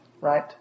right